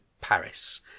Paris